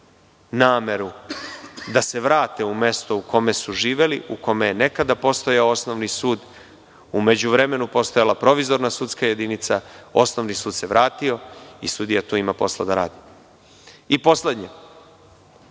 nameru da se vrate u mesto u koje su živeli, u kome je nekada postojao osnovni sud, u međuvremenu postojala provizorna sudska jedinica, osnovni sud se vratio i sudija ima tu posla da radi. Poslednje,